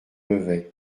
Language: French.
mauvais